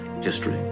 history